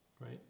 right